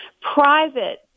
private